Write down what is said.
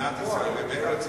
מדינת ישראל, בארץ-ישראל,